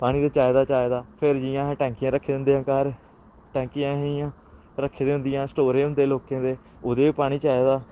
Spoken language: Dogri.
पानी ते चाहिदा चाहिदा फिर जि'यां असें टैंकियां रक्खी दी होंदियां घर टैंकियां असें इ'यां रक्खी दी होंदियां स्टोरेज होंदे लोकें दे ओह्दे च बी पानी चाहिदा